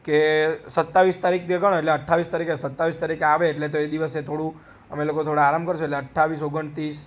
કે સત્તાવીસ તારીખથી ગણો એટલે અઠ્ઠાવીસ તારીખે સત્તાવીસ તારીખે આવે એટલે તે દિવસે થોળું અમે લોકો થોડા આરામ કરશું એટલે અઠ્ઠાવીસ ઓગણત્રીસ